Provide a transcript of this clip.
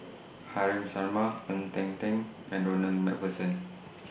Haresh Sharma Ng Eng Teng and Ronald MacPherson